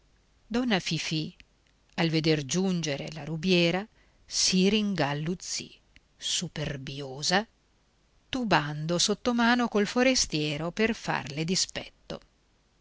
donna fifì al vedere giungere la rubiera si ringalluzzì superbiosa tubando sottomano col forestiero per farle dispetto